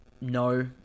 no